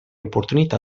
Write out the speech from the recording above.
opportunità